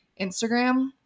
Instagram